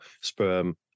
sperm